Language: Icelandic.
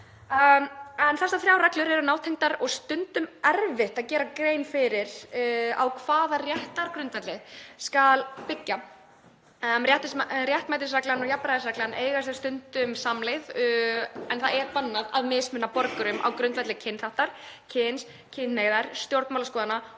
Þessar þrjár reglur eru nátengdar og stundum er erfitt að gera sér grein fyrir á hvaða réttargrundvelli skuli byggja. Réttmætisreglan og jafnræðisreglan eiga stundum samleið en það er bannað að mismuna borgurum á grundvelli kynþáttar, kyns, kynhneigðar, stjórnmálaskoðana